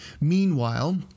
Meanwhile